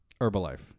Herbalife